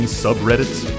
subreddits